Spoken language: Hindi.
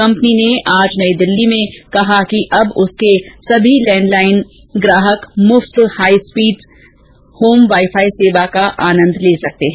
कंपनी ने आज नई दिल्ली में कहा कि अब उसके सभी लैंडलाइन ग्राहक मुफ्त हाई स्पीड होम वाईफाई सेवा का आनंद ले सकते हैं